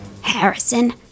Harrison